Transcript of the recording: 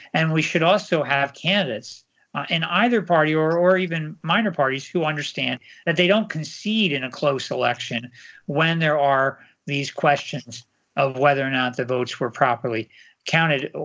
and we should also have candidates in either party or or even minor parties, who understand that they don't concede in a close election when there are these questions of whether or not the votes were properly counted.